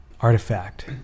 Artifact